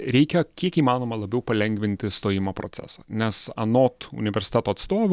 reikia kiek įmanoma labiau palengvinti stojimo procesą nes anot universiteto atstovų